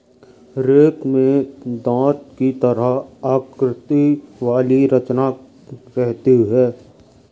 rake में दाँत की तरह आकृति वाली रचना रहती है